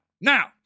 now